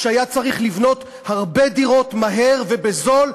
כשהיה צריך לבנות הרבה דירות מהר ובזול,